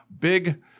Big